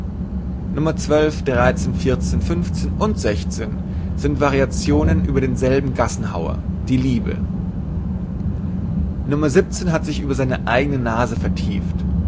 und sind variazionen über denselben gassenhauer die liebe nro hat sich über seine eigene nase vertieft